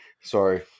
Sorry